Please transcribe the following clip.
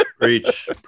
Preach